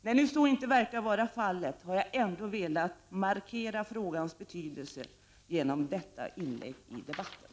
När nu inte detta verkar vara fallet har jag ändå velat markera frågans betydelse genom detta inlägg i debatten.